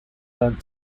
learnt